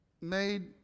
made